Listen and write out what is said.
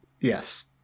Yes